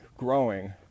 growing